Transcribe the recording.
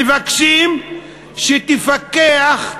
מבקשים שתפקח,